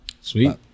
Sweet